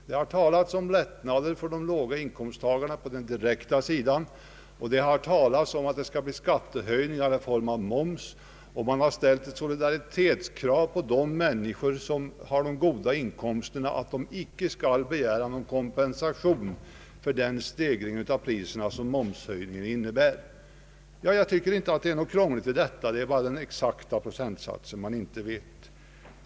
Det har talats om lättnader för låginkomsttagare på den direkta sidan, det har talats om att det skall bli skattehöjningar i form av ökad moms, och man har ställt ett solidaritetskrav på de människor som har de goda inkomsterna — att de icke skall begära någon kompensation för den stegring av priserna som momshöjningen innebär. Jag tycker inte att det är något krångligt i detta. Det är bara den exakta procentsatsen man inte vet.